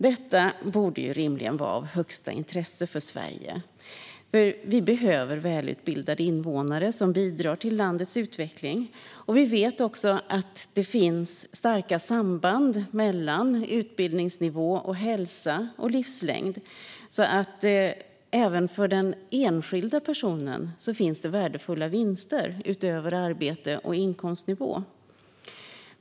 Detta borde rimligen vara av högsta intresse för Sverige. Vi behöver välutbildade invånare, som bidrar till landets utveckling. Vi vet också att det finns starka samband mellan utbildningsnivå, hälsa och livslängd. Även för den enskilda personen finns det alltså värdefulla vinster, utöver arbete och inkomstnivå.